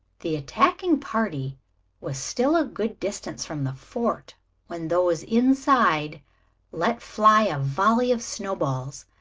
the attacking party was still a good distance from the fort when those inside let fly a volley of snowballs.